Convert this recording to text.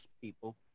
people